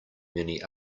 many